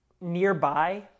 nearby